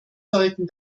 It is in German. sollten